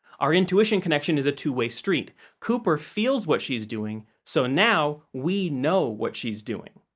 our intuition connection is a two-way street cooper feels what she's doing, so now we know what she's doing.